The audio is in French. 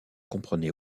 comprenait